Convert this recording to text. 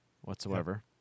whatsoever